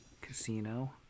casino